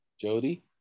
Jody